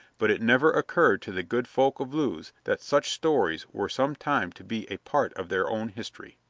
but it never occurred to the good folk of lewes that such stories were some time to be a part of their own history.